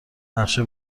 نقشه